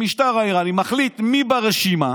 המשטר האיראני מחליט מי ברשימה